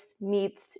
meets